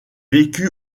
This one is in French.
vécut